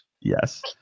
Yes